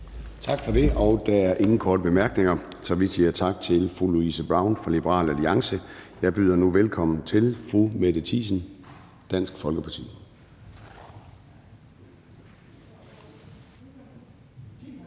Tak for det. Der er ingen korte bemærkninger, så vi siger tak til fru Louise Brown fra Liberal Alliance. Jeg byder nu velkommen til fru Mette Thiesen, Dansk Folkeparti.